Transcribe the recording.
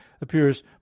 appears